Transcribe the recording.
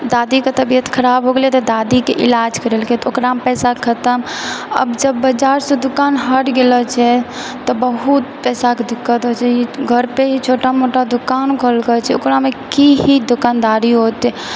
दादीके तबियत खराब हो गेलै तऽ दादीके इलाज करेलकै तऽ ओकरामे पैसा खतम अब जब बाजारसँ दूकान हट गेलो छै तऽ बहुत पैसाके दिक्कत होइत छै घर पे ही छोटा मोटा दूकान खोललको छै ओकरामे की ई दूकनदारी होतै